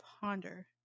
Ponder